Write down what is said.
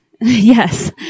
yes